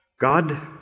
God